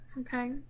Okay